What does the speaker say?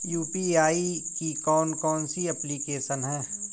UPI की कौन कौन सी एप्लिकेशन हैं?